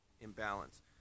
imbalance